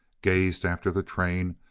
gazed after the train,